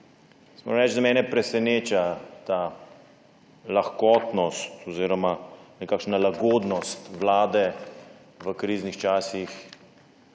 Moram reči, da mene preseneča ta lahkotnost oziroma nekakšna lagodnost vlade v kriznih časih,